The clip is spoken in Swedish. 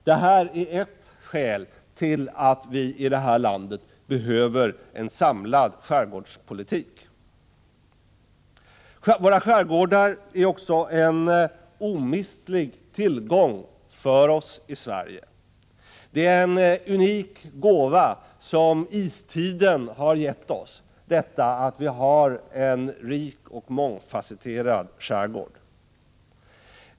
Detta är ett skäl till att vi i det här landet behöver en samlad skärgårdspolitik. Våra skärgårdar är en omistlig tillgång för oss i Sverige. Att vi har en rik och mångfasetterad skärgård är en unik gåva, som istiden har gett oss.